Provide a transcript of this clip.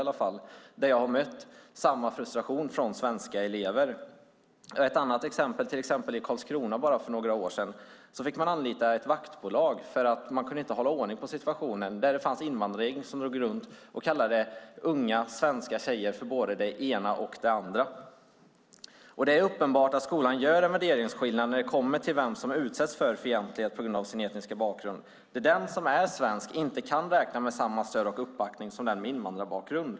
Där har jag mött samma frustration från svenska elever. Jag har ett annat exempel från Karlskrona för några år sedan. Där fick man anlita ett vaktbolag eftersom man inte kunde hålla ordning på situationen med invandrargäng som drog runt och kallade unga svenska tjejer för både det ena och det andra. Det är uppenbart att skolan gör en värderingsskillnad när det kommer till vem som utsätts för fientlighet på grund av sin etniska bakgrund. Den som är svensk kan inte räkna med samma stöd och uppbackning som den med invandrarbakgrund.